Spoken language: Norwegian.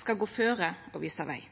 skal gå føre og visa veg.